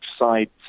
side